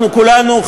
אנחנו כולנו,